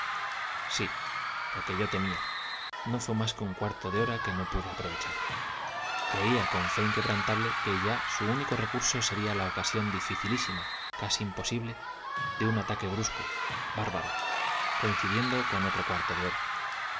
sí lo que yo temía no fue más que un cuarto de hora que no pude aprovechar creía con fe inquebrantable que ya su único recurso sería la ocasión dificilísima casi imposible de un ataque brusco bárbaro coincidiendo con otro cuarto de hora